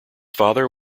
father